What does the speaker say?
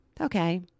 Okay